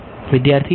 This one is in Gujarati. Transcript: વિદ્યાર્થી હા